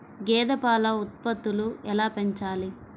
గేదె పాల ఉత్పత్తులు ఎలా పెంచాలి?